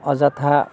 অযথা